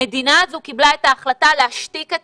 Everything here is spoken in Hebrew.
המדינה הזו קיבלה את ההחלטה להשתיק את